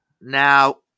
Now